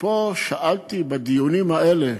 פה שאלתי, בדיונים האלה,